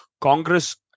Congress